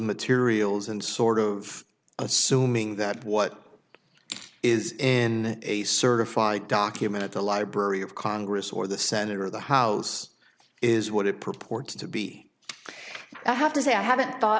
materials and sort of assuming that what is in a certified document at the library of congress or the senate or the house is what it purports to be i have to say i haven't thought